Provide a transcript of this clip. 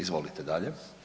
Izvolite dalje.